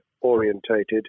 orientated